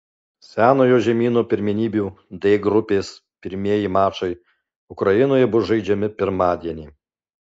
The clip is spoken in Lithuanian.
senojo žemyno pirmenybių d grupės pirmieji mačai ukrainoje bus žaidžiami pirmadienį